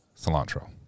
cilantro